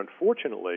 unfortunately